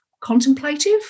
contemplative